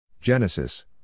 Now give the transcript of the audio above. Genesis